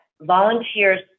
volunteers